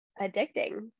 addicting